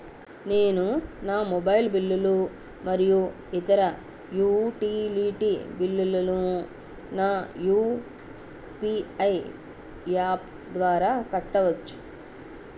నేను నా మొబైల్ బిల్లులు మరియు ఇతర యుటిలిటీ బిల్లులను నా యు.పి.ఐ యాప్ ద్వారా కట్టవచ్చు